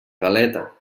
galeta